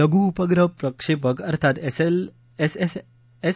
लघु उपग्रह प्रक्षेपक अर्थात एस